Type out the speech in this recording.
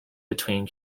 between